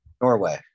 Norway